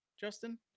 Justin